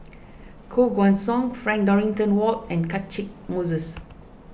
Koh Guan Song Frank Dorrington Ward and Catchick Moses